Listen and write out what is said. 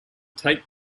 take